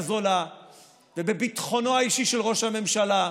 זולה ובביטחונו האישי של ראש הממשלה,